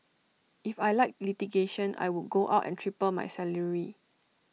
if I liked litigation I would go out and triple my salary